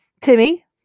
Timmy